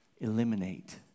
eliminate